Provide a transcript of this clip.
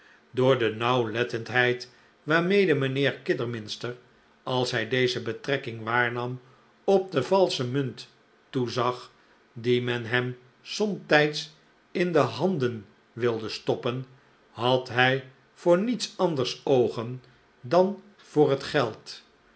door de nauwlettendheid waarmede mijnheer kidderminster als hij deze betrekking waarnam op de valsche munt toezag die men hem somtijds in de handen wilde stoppen had hij voor niets anders oogen dan voor het geld